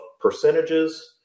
percentages